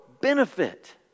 benefit